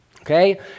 Okay